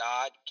God